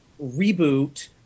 reboot